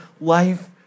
life